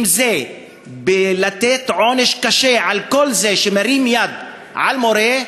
אם זה לתת עונש קשה לכל מי שמרים יד על מורה,